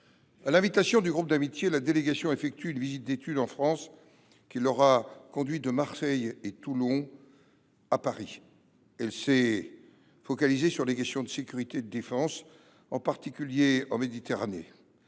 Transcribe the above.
À l’invitation de ce groupe d’amitié, la délégation effectue une visite d’étude en France, qui l’aura conduite de Marseille et Toulon jusqu’à Paris ; elle s’est focalisée sur les questions de sécurité et de défense, en particulier en Méditerranée.